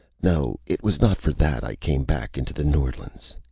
no. it was not for that i came back into the norlands.